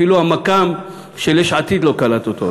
אפילו המכ"ם של יש עתיד לא קלט אותו.